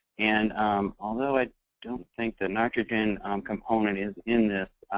and um although i don't think the nitrogen component is in this,